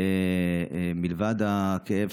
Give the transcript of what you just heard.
ומלבד הכאב,